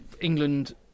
England